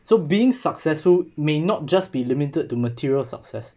so being successful may not just be limited to material success